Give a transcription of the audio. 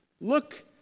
Look